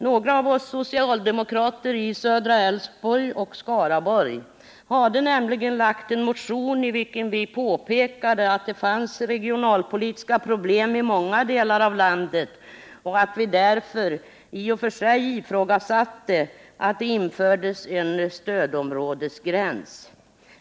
Några av oss socialdemokrater i södra Älvsborg och Skaraborg hade nämligen väckt en motion, i vilken vi påpekade att det fanns regionalpolitiska problem i många delar av landet och att vi därför ifrågasatte att det infördes en stödområdesgräns.